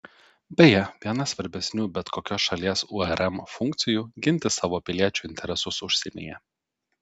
beje viena svarbesnių bet kokios šalies urm funkcijų ginti savo piliečių interesus užsienyje